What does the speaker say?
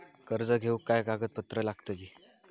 कर्ज घेऊक काय काय कागदपत्र लागतली?